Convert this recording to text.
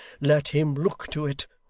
let him look to it.